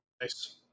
Nice